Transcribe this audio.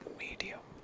medium